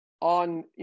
on